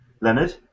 Leonard